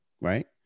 right